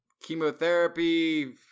Chemotherapy